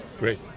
Great